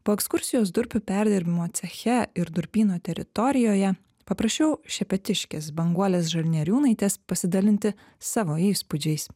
po ekskursijos durpių perdirbimo ceche ir durpyno teritorijoje paprašiau šepetiškės banguolės žalnieriūnaitės pasidalinti savo įspūdžiais